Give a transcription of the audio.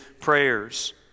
prayers